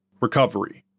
Recovery